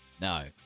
No